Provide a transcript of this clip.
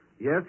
Yes